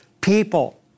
people